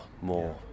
more